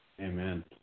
Amen